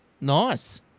Nice